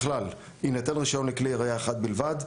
ככלל יינתן רישיון לכלי ירייה אחד בלבד,